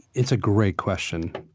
it's a great question.